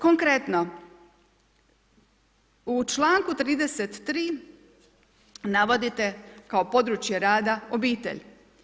Konkretno, u članku 33. navodite kao područje rada obitelj.